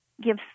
give